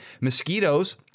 Mosquitoes